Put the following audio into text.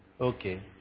Okay